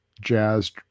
jazz